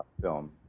film